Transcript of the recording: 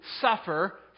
suffer